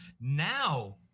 Now